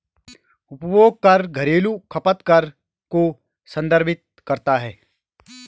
उपभोग कर घरेलू खपत कर को संदर्भित करता है